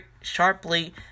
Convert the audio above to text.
sharply